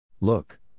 Look